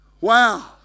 Wow